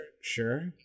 sure